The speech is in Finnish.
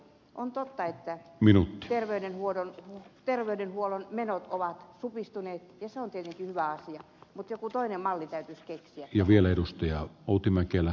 on totta että terveydenhuollon menot ovat supistuneet ja se on tietenkin hyvä asia mutta joku toinen malli täytyisi keksiä